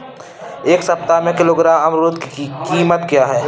इस सप्ताह एक किलोग्राम अमरूद की कीमत क्या है?